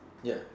ya